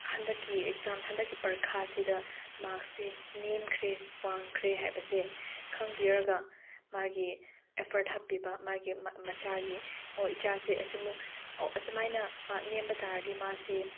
ꯍꯟꯗꯛꯀꯤ ꯑꯦꯛꯖꯥꯝ ꯍꯟꯗꯛꯀꯤ ꯄꯔꯤꯈ꯭ꯌꯥꯁꯤꯗ ꯃꯥꯔꯛꯁꯦ ꯅꯦꯝꯈ꯭ꯔꯦ ꯋꯥꯡꯈ꯭ꯔꯦ ꯍꯥꯏꯕꯁꯦ ꯈꯪꯕꯤꯔꯒ ꯃꯥꯒꯤ ꯑꯦꯐꯔꯠ ꯍꯥꯞꯄꯤꯕ ꯃꯥꯒꯤ ꯃꯆꯥꯒꯤ ꯑꯣ ꯏꯆꯥꯁꯦ ꯑꯁꯤꯃꯨꯛ ꯑꯁꯨꯃꯥꯏꯅ ꯃꯥꯔꯛ ꯅꯦꯝꯕ ꯇꯥꯔꯗꯤ ꯃꯥꯁꯦ